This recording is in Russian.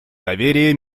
доверие